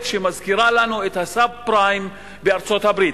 שמזכירה לנו את ה-subprime בארצות-הברית.